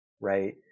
right